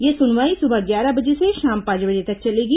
ये सुनवाई सुबह ग्यारह बजे से शाम पांच बजे तक चलेगी